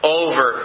over